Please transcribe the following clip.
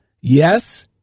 Yes